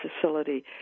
facility